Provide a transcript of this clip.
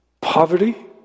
poverty